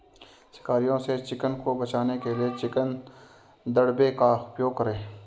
शिकारियों से चिकन को बचाने के लिए चिकन दड़बे का उपयोग करें